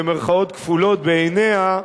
בעיניה,